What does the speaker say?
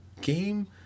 game